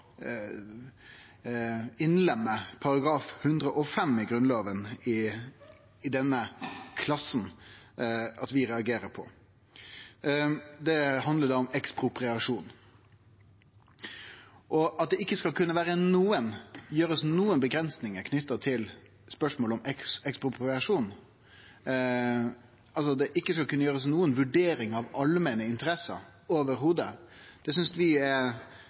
innlemme § 105 i Grunnlova i denne klassen, vi reagerer på. Paragrafen handlar om ekspropriasjon. At det ikkje skal kunne gjerast nokon avgrensingar knytte til spørsmålet om ekspropriasjon, at det ikkje skal kunne gjerast vurderingar av allmenne interesser i det heile, synest vi er